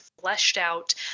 fleshed-out